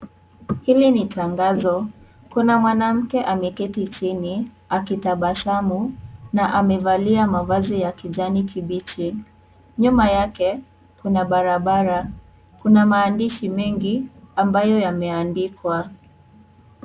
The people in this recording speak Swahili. Hili ni tangazo. Kuna mwanamke ameketi chini akitabasamu na amevaa mavazi ya kijani kibichi. Nyuma yake kuna barabara. Kuna maandishi mengi ambayo yameandikwa.